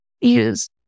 use